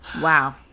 Wow